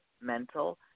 mental